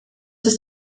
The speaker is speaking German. ist